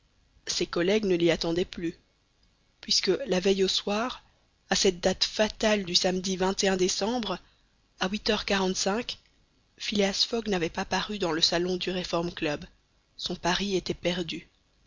ses collègues ne l'y attendaient plus puisque la veille au soir à cette date fatale du samedi décembre à huit heures quarante-cinq phileas fogg n'avait pas paru dans le salon du reform club son pari était perdu